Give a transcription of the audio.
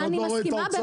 אני לא רואה את האוצר,